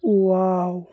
wow